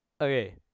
Okay